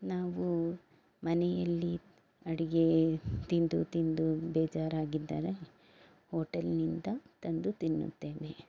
ನಾವು ಮನೆಯಲ್ಲಿ ಅಡಿಗೆ ತಿಂದು ತಿಂದು ಬೇಜಾರಾಗಿದ್ದರೆ ಹೋಟೆಲ್ನಿಂದ ತಂದು ತಿನ್ನುತ್ತೇವೆ